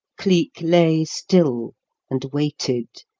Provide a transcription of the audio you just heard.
cleek lay still and waited,